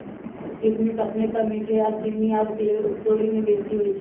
किशमिश अपने तऽ मीठ आऽ चीन्नी आउर कैलोरी में बेशी होइ छइ